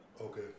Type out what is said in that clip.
Okay